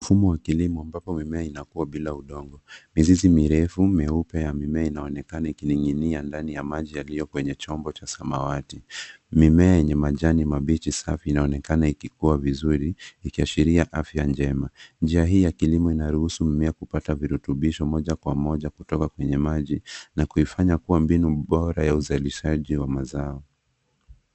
Mfumo wa kilimo ambapo mimea inakua bila udongo. Mizizi mirefu mieupe ya mimea inaonekana ikining'inia ndani ya maji yaliyo kwenye chombo cha samawati. Mimea yenye majani mabichi, safi inaonekana ikikua vizuri ikiashiria afya njema. Njia hii ya kilimo inaruhusu mimea kupata virutubisho moja kwa moja kutoka kwenye maji na kuifanya kuwa mbinu bora ya uzalishaji wa mazao.